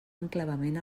enclavament